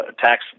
tax